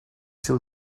till